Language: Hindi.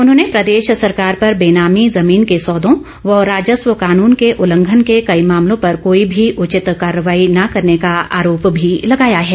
उन्होंने प्रदेश सरकार पर बेनामी जमीन के सौदों व राजस्व कानून के उल्लंघन के कई मामलों पर कोई भी उचित कार्रवाई न करने का आरोप भी लगाया है